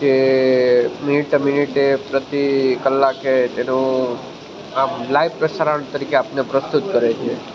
જે મિનિટે મિનિટે પ્રતિ કલાકે જેનું આમ લાઈવ પ્રસારણ તરીકે આપણને પ્રસ્તુત કરે છે